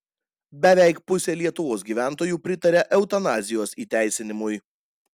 beveik pusė lietuvos gyventojų pritaria eutanazijos įteisinimui